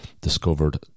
discovered